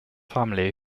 family